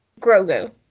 Grogu